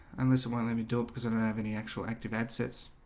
and there's the one-legged dog because i don't have any actual active exits